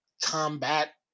combat